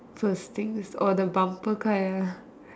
first thing is or the bumper car ah